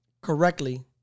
correctly